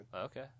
Okay